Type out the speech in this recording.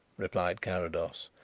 replied carrados.